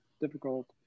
difficult